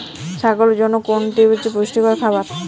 ছাগলের জন্য কোনটি পুষ্টিকর খাবার?